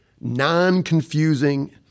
non-confusing